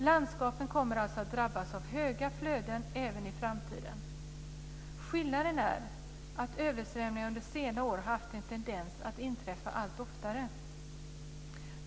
Landskapen kommer alltså att drabbas av höga flöden även i framtiden. Skillnaden är att översvämningarna under senare år har haft en tendens att inträffa allt oftare.